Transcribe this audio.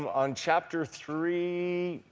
um on chapter three,